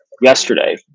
yesterday